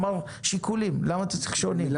הוא אמר שיקולים, למה אתה צריך שונים?